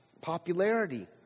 popularity